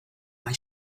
why